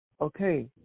Okay